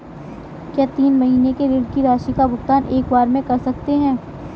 क्या तीन महीने के ऋण की राशि का भुगतान एक बार में कर सकते हैं?